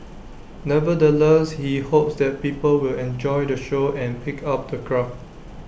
nevertheless he hopes that people will enjoy the show and pick up the craft